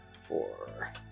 four